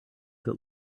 that